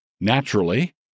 naturally